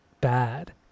bad